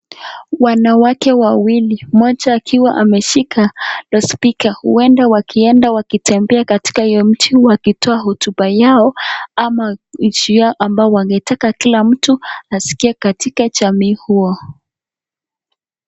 Wanawake wawili mmoja akiwa ameshika spika huenda wakienda wakitembea katika hiyo nchi wakitoa hotuba yao ama njia ambayo wangetaka kila mtu askie katika jamii huo.